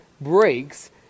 breaks